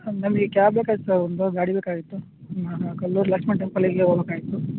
ನಮ್ಮ ನಮಗೆ ಕ್ಯಾಬ್ ಬೇಕಾಗಿತ್ತು ಒಂದು ಗಾಡಿ ಬೇಕಾಗಿತ್ತು ಹಾಂ ಹಾಂ ಕಲ್ಲೂರ್ ಲಕ್ಷ್ಮಿ ಟೆಂಪಲಿಗೆ ಹೋಬೇಕಾಯಿತ್ತು